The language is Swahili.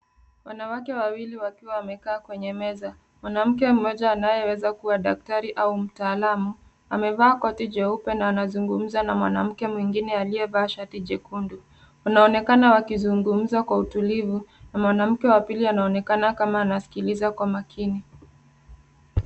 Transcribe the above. Wanawake wawili wakiwa wamekaa kwenye meza. Mwanamke mmoja akiweza kuwa daktari au mtaalam amevaa koti jeupe na anazungumza na mwanamke mwingine aliyevaa shati jekundu. Wanaonekana wakizugumza kwa utulivu na mwanamke wa pili anaonekana kama anasikiliza kwa makini.